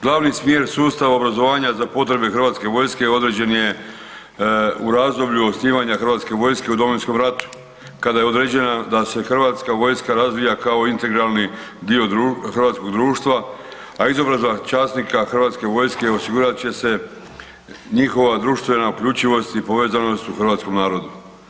Glavni smjer sustava obrazovanja za potrebe hrvatske vojske određen je u razdoblju osnivanja hrvatske vojske u Domovinskom ratu kada je određeno da se hrvatska vojska razvija kao integralni dio hrvatskog društva, a izobrazba časnika hrvatske vojske osigurat će se njihova društvena uključivost i povezanost u hrvatskom narodu.